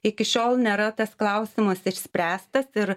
iki šiol nėra tas klausimas išspręstas ir